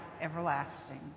everlasting